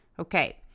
Okay